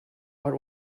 what